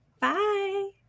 Bye